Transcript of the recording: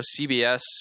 CBS